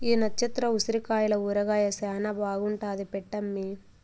ఈ నచ్చత్ర ఉసిరికాయల ఊరగాయ శానా బాగుంటాది పెట్టమ్మీ